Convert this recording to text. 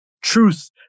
truth